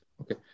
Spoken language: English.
Okay